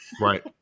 Right